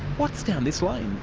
what's down this lane?